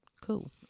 Cool